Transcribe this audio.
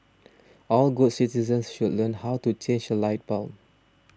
all good citizens should learn how to change a light bulb